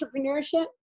entrepreneurship